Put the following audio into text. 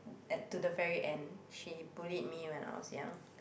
at to the very end she bullied me when I was young